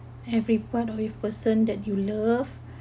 every part of the person that you love